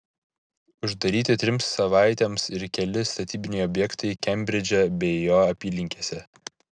uždaryti trims savaitėms ir keli statybiniai objektai kembridže bei jo apylinkėse